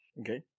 okay